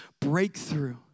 breakthrough